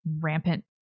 rampant